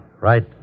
Right